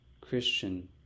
Christian